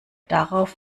darauf